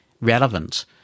relevant